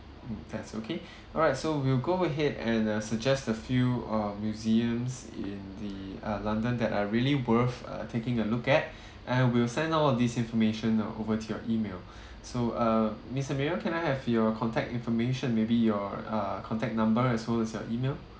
mm that’s okay all right so we'll go ahead and uh suggest a few uh museums in the uh london that are really worth uh taking a look at and we'll send out all this information uh over to your email so uh miss amira can I have your contact information maybe your uh contact number as well as your email